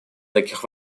таких